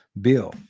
bill